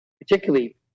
particularly